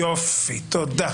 יופי, תודה.